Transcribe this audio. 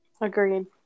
Agreed